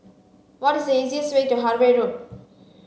what is the easiest way to Harvey Road